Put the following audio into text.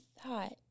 thought